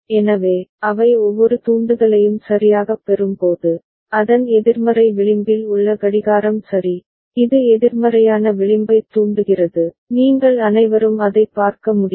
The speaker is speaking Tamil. எனவே அவை ஒவ்வொரு தூண்டுதலையும் சரியாகப் பெறும்போது அதன் எதிர்மறை விளிம்பில் உள்ள கடிகாரம் சரி இது எதிர்மறையான விளிம்பைத் தூண்டுகிறது நீங்கள் அனைவரும் அதைப் பார்க்க முடியும்